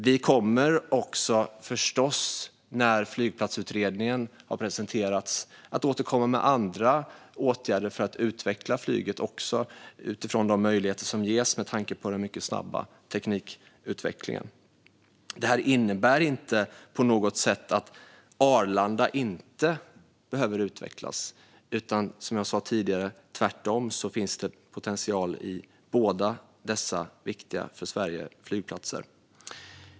Vi kommer förstås även när flygplatsutredningen har presenterats att återkomma med andra åtgärder för att utveckla flyget utifrån de möjligheter som ges med tanke på den mycket snabba teknikutvecklingen. Detta innebär inte på något sätt att Arlanda inte behöver utvecklas. Som jag sa tidigare finns det tvärtom potential i båda dessa för Sverige viktiga flygplatser.